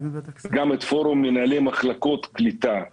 גם את פורום מנהלי מחלקות קליטה ברשויות,